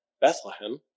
Bethlehem